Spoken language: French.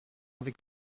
avec